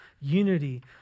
unity